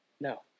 No